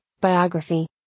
biography